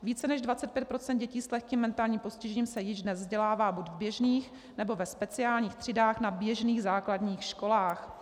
Více než 25 % dětí s lehkým mentálním postižením se již dnes vzdělává buď v běžných, nebo ve speciálních třídách na běžných základních školách.